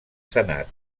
senat